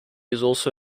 also